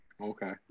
Okay